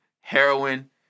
heroin